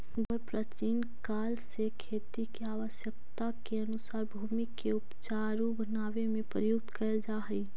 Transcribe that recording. गोबर प्राचीन काल से खेती के आवश्यकता के अनुसार भूमि के ऊपजाऊ बनावे में प्रयुक्त कैल जा हई